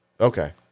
Okay